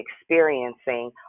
experiencing